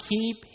keep